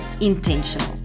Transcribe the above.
intentional